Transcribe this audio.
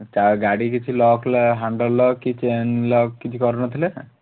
କା ଗାଡ଼ି କିଛି ଲକ୍ ହାଣ୍ଡେଲ୍ ଲକ୍ କି ଚେନ୍ ଲକ୍ କିଛି କରି ନ ଥିଲେ